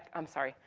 i'm sorry,